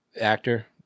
Actor